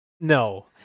No